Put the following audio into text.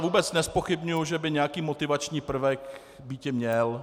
Vůbec nezpochybňuji, že by nějaký motivační prvek býti měl.